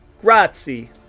grazie